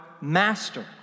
master